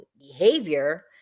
behavior